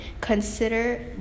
Consider